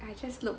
I just look